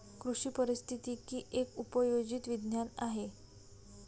कृषी पारिस्थितिकी एक उपयोजित विज्ञान आहे